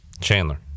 chandler